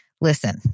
Listen